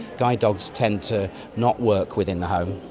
guide dogs tend to not work within the home,